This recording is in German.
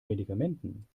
medikamenten